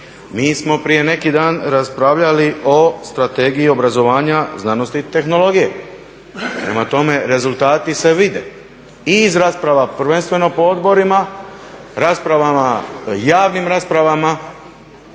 Mi smo prije neki dan raspravljali o strategiji obrazovanja, znanosti i tehnologije. Prema tome, rezultati se vide i iz rasprava prvenstveno po odborima, raspravama,